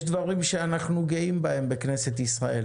יש דברים שאנחנו גאים בהם בכנסת ישראל